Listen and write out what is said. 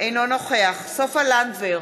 אינו נוכח סופה לנדבר,